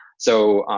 so,